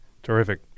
Terrific